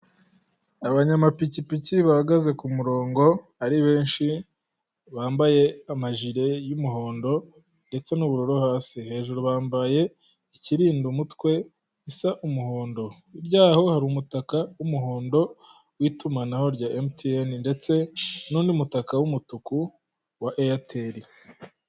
Abanyamapikipiki bahagaze ku murongo ari benshi bambaye amajire y'umuhondo ndetse n'ubururu hasi, hejuru bambaye ikirinda umutwe gisa umuhondo, hirya yaho hari umutaka w'umuhondo w'itumanaho rya emutiyrne, ndetse n'undi' mutaka w'umutuku wa eyateri.